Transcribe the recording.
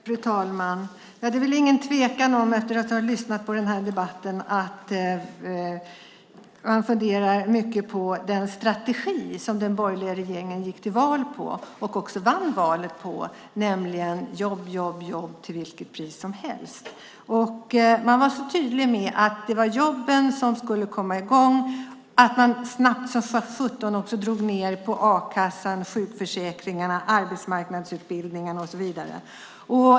Fru talman! Efter att ha lyssnat på debatten är det ingen tvekan om att man funderar mycket på den strategi som den borgerliga regeringen gick till val på och också vann valet på, nämligen jobb till vilket pris som helst. Man var så tydlig med att det var jobben som skulle komma i gång att man snabbt som sjutton drog ned på a-kassan, sjukförsäkringarna, arbetsmarknadsutbildningarna och så vidare.